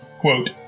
quote